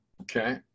okay